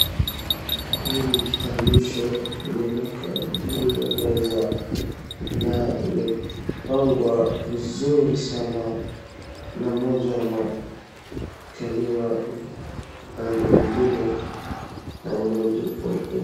Hii ni kitambulisho imewekwa juu ya meza, na imepangwa vizuri sana, na moja inakaliwa pande ingine, na imeandikwa huku.